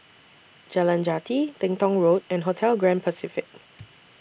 Jalan Jati Teng Tong Road and Hotel Grand Pacific